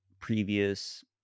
previous